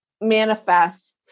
manifest